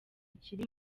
akiri